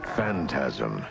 Phantasm